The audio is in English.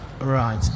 Right